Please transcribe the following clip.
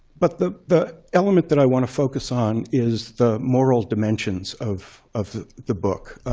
but the the element that i want to focus on is the moral dimensions of of the book.